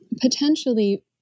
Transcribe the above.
potentially